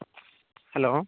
hello